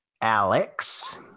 Alex